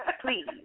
Please